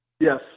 yes